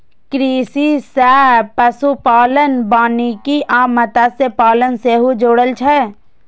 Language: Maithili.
कृषि सं पशुपालन, वानिकी आ मत्स्यपालन सेहो जुड़ल छै